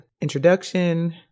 introduction